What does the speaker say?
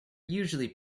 usually